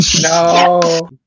No